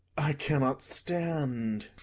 i cannot stand.